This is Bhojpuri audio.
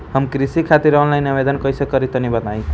हम कृषि खातिर आनलाइन आवेदन कइसे करि तनि बताई?